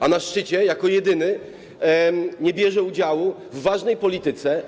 A na szczycie jako jedyny nie bierze udziału w ważnej polityce.